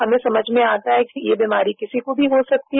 हमें समझ में आता है कि यह बीमारी किसी को भी हो सकती है